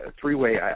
three-way